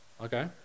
okay